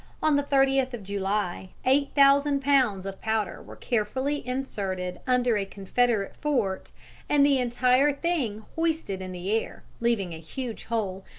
on the thirtieth of july, eight thousand pounds of powder were carefully inserted under a confederate fort and the entire thing hoisted in the air, leaving a huge hole,